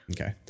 Okay